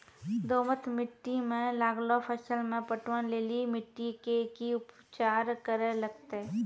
दोमट मिट्टी मे लागलो फसल मे पटवन लेली मिट्टी के की उपचार करे लगते?